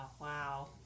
wow